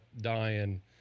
dying